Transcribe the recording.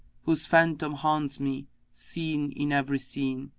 whose phantom haunts me seen in every scene